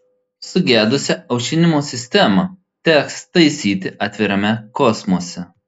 sugedusią aušinimo sistemą teks taisyti atvirame kosmose